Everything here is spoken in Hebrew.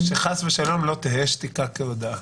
שחס ושלום לא תהא שתיקה כהודאה.